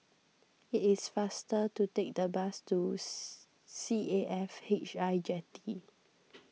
it is faster to take the bus to C A F H I Jetty